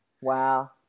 Wow